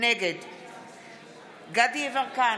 נגד דסטה גדי יברקן,